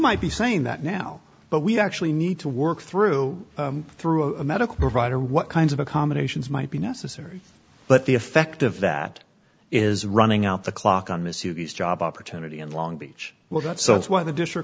might be saying that now but we actually need to work through through a medical provider what kinds of accommodations might be necessary but the effect of that is running out the clock on misuse job opportunity in long beach well that's so that's why the district